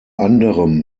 anderem